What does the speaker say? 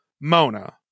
Mona